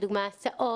לדוגמה הסעות,